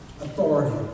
authority